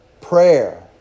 prayer